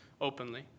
openly